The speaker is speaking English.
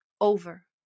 over